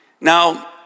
Now